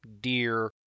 deer